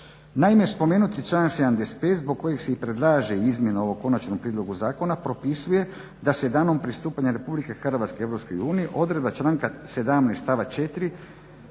Naime, spomenuti članak 75. zbog kojeg se i predlaže izmjena ovog konačnog prijedloga zakona propisuje da se danom pristupanja Republike Hrvatske EU odredba članka 17.